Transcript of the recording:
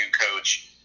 coach